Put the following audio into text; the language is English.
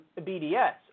BDS